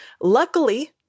Luckily